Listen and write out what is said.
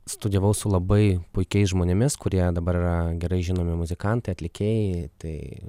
studijavau su labai puikiais žmonėmis kurie dabar yra gerai žinomi muzikantai atlikėjai tai